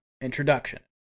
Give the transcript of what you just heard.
Introduction